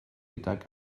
gydag